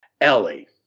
Ellie